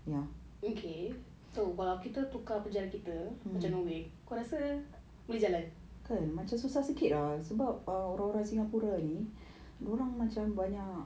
okay so kalau kita tukar penjara kita macam norway kau rasa boleh jalan